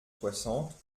soixante